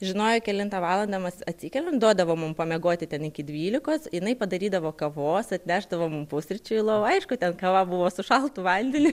žinojo kelintą valandą mes atsikeliam duodavo mum pamiegoti ten iki dvylikos jinai padarydavo kavos atnešdavo mum pusryčių į lovą aišku ten kava buvo su šaltu vandeniu